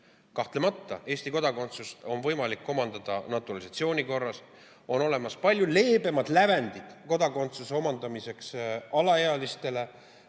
Kahtlemata, Eesti kodakondsust on võimalik omandada naturalisatsiooni korras. On olemas palju leebemad lävendid kodakondsuse andmiseks alaealistele